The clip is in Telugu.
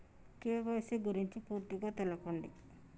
కే.వై.సీ గురించి పూర్తిగా తెలపండి?